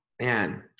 man